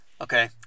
Okay